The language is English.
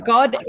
God